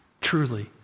Truly